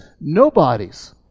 nobodies